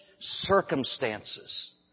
circumstances